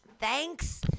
Thanks